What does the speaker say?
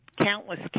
countless